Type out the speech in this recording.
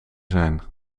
zijn